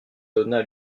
donna